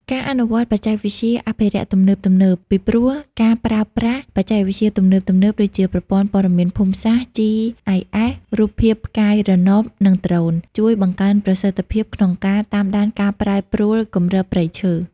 ការអនុវត្តបច្ចេកវិទ្យាអភិរក្សទំនើបៗ ពីព្រោះការប្រើប្រាស់បច្ចេកវិទ្យាទំនើបៗ ដូចជាប្រព័ន្ធព័ត៌មានភូមិសាស្ត្រ GIS រូបភាពផ្កាយរណប និងដ្រូន ជួយបង្កើនប្រសិទ្ធភាពក្នុងការតាមដានការប្រែប្រួលគម្របព្រៃឈើ។